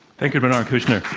thank you, bernard kouchner.